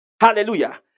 hallelujah